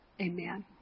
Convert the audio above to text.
Amen